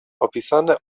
opisane